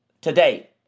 today